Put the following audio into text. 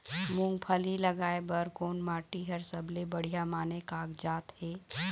मूंगफली लगाय बर कोन माटी हर सबले बढ़िया माने कागजात हे?